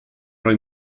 roi